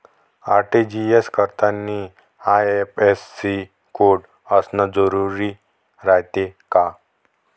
RTGS करतांनी IFSC code असन जरुरी रायते का?